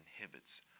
inhibits